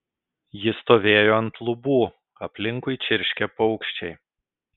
ji stovėjo ant lubų aplinkui čirškė paukščiai